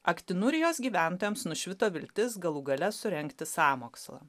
aktinurijos gyventojams nušvito viltis galų gale surengti sąmokslą